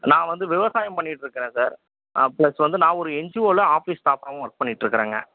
நான் வந்து விவசாயம் பண்ணிக்கிட்டு இருக்கிறேன் சார் ப்ளஸ் வந்து நான் ஒரு என்ஜியோவில் ஆஃபீஸ் ஸ்டாஃபாகவும் ஒர்க் பண்ணிக்கிட்டு இருக்கிறேங்க